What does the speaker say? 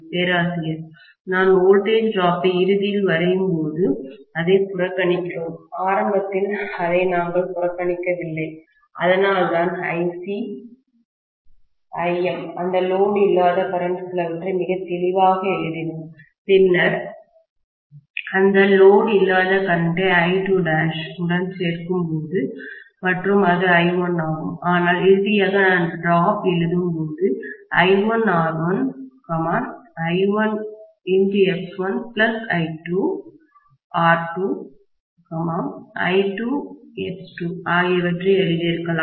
பேராசிரியர் நான் வோல்டேஜ்டிராப் ஐ இறுதியில் வரையும்போது அதை புறக்கணிக்கிறோம் ஆரம்பத்தில் அதை நாங்கள் புறக்கணிக்கவில்லை அதனால்தான் IC Im அந்த லோடு இல்லாத கரண்ட் சிலவற்றை மிக தெளிவாக எழுதினோம் பின்னர் அந்த லோடு இல்லாத கரண்ட்டை I2' உடன் சேர்க்கப்படும் மற்றும் அது I1 ஆகும் ஆனால் இறுதியாக நான் டிராப் எழுதும் போது I1R1 I1X1I2 R2 I2X2 ஆகியவற்றை எழுதியிருக்கலாம்